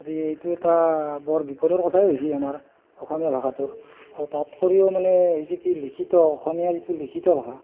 আদি এইটো এটা বৰ বিপদৰ কথাই হৈছে আমাৰ অসমীয়া ভাষাটোৰ আৰু তাত কৰিও মানে হৈছে কি লিখিত অসমীয়া যিটো লিখিত ভাষা